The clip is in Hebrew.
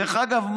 דרך אגב,